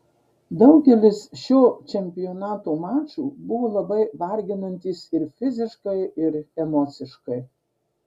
daugelis šio čempionato mačų buvo labai varginantys ir fiziškai ir emociškai